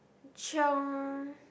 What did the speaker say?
chiong